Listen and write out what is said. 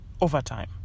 overtime